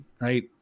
Right